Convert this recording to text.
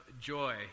Joy